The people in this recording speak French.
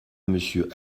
monsieur